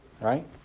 Right